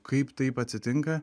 kaip taip atsitinka